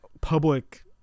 public